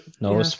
No